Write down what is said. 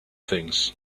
things